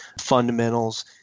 fundamentals